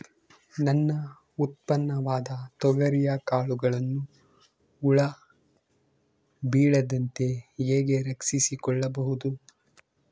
ನನ್ನ ಉತ್ಪನ್ನವಾದ ತೊಗರಿಯ ಕಾಳುಗಳನ್ನು ಹುಳ ಬೇಳದಂತೆ ಹೇಗೆ ರಕ್ಷಿಸಿಕೊಳ್ಳಬಹುದು?